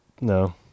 No